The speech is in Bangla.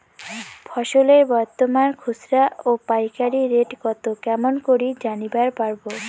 ফসলের বর্তমান খুচরা ও পাইকারি রেট কতো কেমন করি জানিবার পারবো?